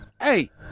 Hey